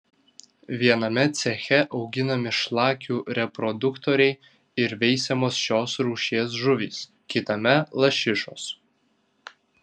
viename ceche auginami šlakių reproduktoriai ir veisiamos šios rūšies žuvys kitame lašišos